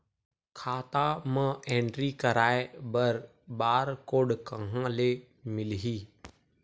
खाता म एंट्री कराय बर बार कोड कहां ले मिलही?